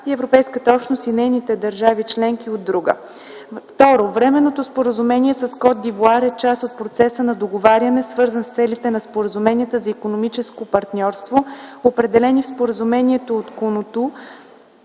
и Европейската общност и нейните държави членки, от друга. Второ, временното споразумение с Кот д’Ивоар е част от процеса на договаряне, свързан с целите на споразуменията за икономическо партньорство, определени в Споразумението от Котону,